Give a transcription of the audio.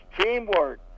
teamwork